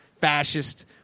fascist